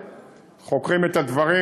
חוקרים את הדברים.